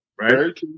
right